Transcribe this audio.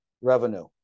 revenue